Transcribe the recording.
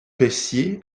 peyssier